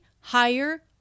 higher